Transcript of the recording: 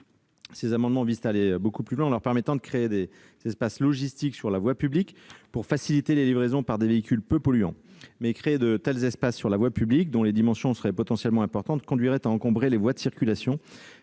Ces amendements visent à aller beaucoup plus loin, en leur permettant de créer des espaces logistiques sur la voie publique pour faciliter les livraisons par des véhicules peu polluants. Mais créer de tels espaces, dont les dimensions seraient potentiellement importantes, sur la voie publique conduirait à encombrer les voies de circulation.